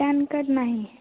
PAN card ନାହିଁ